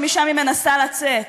שמשם היא מנסה לצאת.